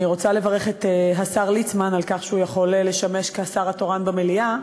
אני רוצה לברך את השר ליצמן על כך שהוא יכול לשמש כשר התורן במליאה.